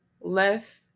left